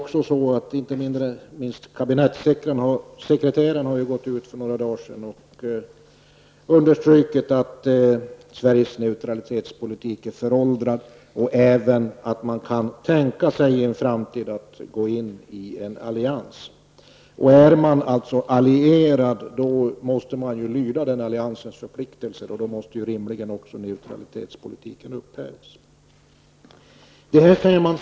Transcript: Kabinettsekreteraren gick ut häromdagen och underströk att Sveriges neutralitetspolitik är föråldrad och sade att man även kan tänka sig att i en framtid gå in i en allians. Är man alltså allierad måste man lyda alliansens förpliktelser. Då måste rimligen också neutraliteten överges.